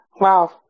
wow